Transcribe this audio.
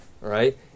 right